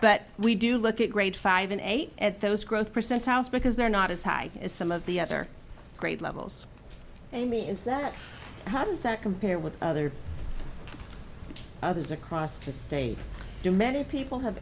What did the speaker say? but we do look at grade five and eight at those growth percentiles because they're not as high as some of the other grade levels and amy is that how does that compare with other others across the state do many people have